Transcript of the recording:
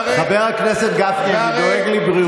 חבר הכנסת גפני, אני דואג לבריאותך.